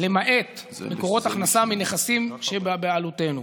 למעט מקורות הכנסה מנכסים שבבעלותנו.